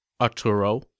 Arturo